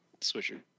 Swisher